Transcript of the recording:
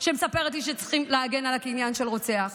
שמספרת לי שצריכים להגן על קניין של רוצח